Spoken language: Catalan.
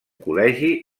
col·legi